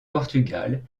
portugal